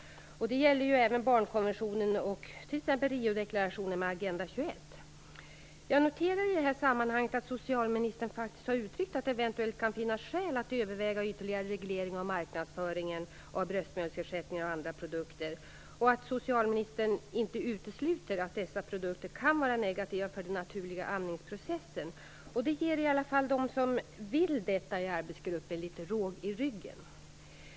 Det gäller även barnkonventionen och t.ex. Riodeklarationen Agenda 21. Jag noterar i sammanhanget att socialministern faktiskt har uttryckt att det eventuellt kan finnas skäl att överväga ytterligare reglering av marknadsföringen av bröstmjölksersättningar och andra produkter och att socialministern inte utesluter att dessa produkter kan vara negativa för den naturliga amningsprocessen. Det ger i alla fall dem som vill detta i arbetsgruppen litet råg i ryggen.